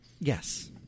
Yes